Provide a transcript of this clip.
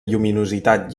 lluminositat